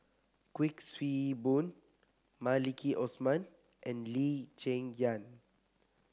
Kuik Swee Boon Maliki Osman and Lee Cheng Yan